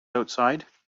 outside